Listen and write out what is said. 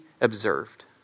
observed